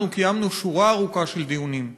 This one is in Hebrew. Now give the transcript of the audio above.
אנחנו קיימנו שורה ארוכה של דיונים,